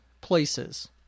places